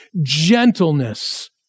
gentleness